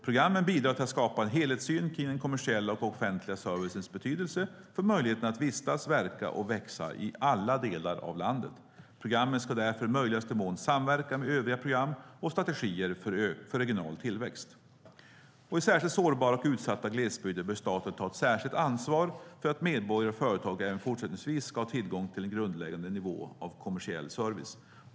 Programmen bidrar till att skapa en helhetssyn kring den kommersiella och offentliga servicens betydelse för möjligheten att vistas, verka och växa i alla delar av landet. Programmen ska därför i möjligaste mån samverka med övriga program och strategier för regional tillväxt. I särskilt sårbara och utsatta glesbygder bör staten ta ett särskilt ansvar för att medborgare och företag även fortsättningsvis ska ha tillgång till en grundläggande nivå av kommersiell service.